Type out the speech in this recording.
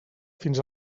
fins